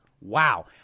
wow